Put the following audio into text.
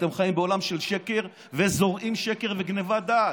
אתם חיים בעולם של שקר וזורעים שקר וגנבת דעת: